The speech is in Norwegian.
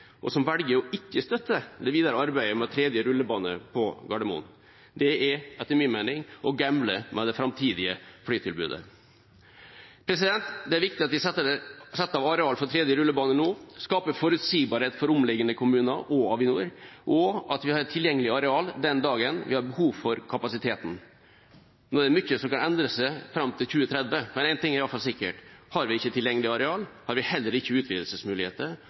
og som velger ikke å støtte det videre arbeidet med en tredje rullebane på Gardermoen. Det er etter min mening å gamble med det framtidige flytilbudet. Det er viktig at vi setter av areal for en tredje rullebane nå, skaper forutsigbarhet for omliggende kommuner – og Avinor – og at vi har et tilgjengelig areal den dagen vi har behov for kapasiteten. Nå er det mye som kan endre seg fram til 2030, men én ting er iallfall sikkert: Har vi ikke tilgjengelig areal, har vi heller ikke utvidelsesmuligheter,